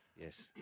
Yes